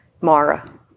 Mara